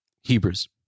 Hebrews